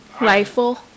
Rifle